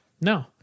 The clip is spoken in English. no